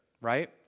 right